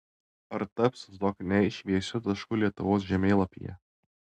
ar taps zokniai šviesiu tašku lietuvos žemėlapyje